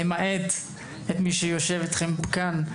למעט את מי שיושב אתכם כאן.